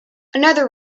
another